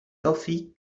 toffee